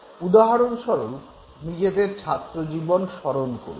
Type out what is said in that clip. উদাহরণস্বরূপ নিজেদের ছাত্রজীবন স্মরণ করুন